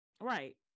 Right